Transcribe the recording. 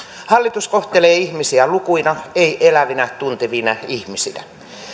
hallitus kohtelee ihmisiä lukuina ei elävinä tuntevina ihmisinä